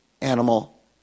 animal